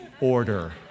order